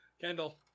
Kendall